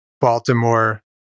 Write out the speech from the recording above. Baltimore